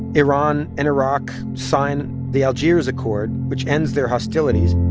iran and iraq signed the algiers accord, which ends their hostilities.